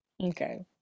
Okay